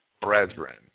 brethren